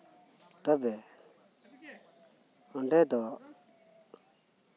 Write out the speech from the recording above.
ᱛᱚᱵᱮ ᱚᱸᱰᱮ ᱫᱚ